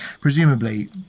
presumably